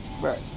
Right